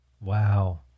Wow